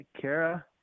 Kara